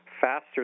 faster